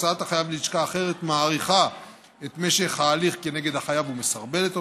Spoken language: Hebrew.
הסעת החייב ללשכה אחרת מאריכה את ההליך כנגד החייב ומסרבלת אותו,